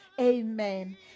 Amen